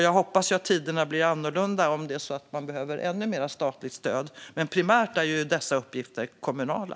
Jag hoppas att tiderna blir annorlunda om det är så att man behöver ännu mer statligt stöd, men primärt är dessa uppgifter kommunala.